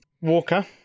Walker